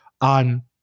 on